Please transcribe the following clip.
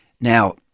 Now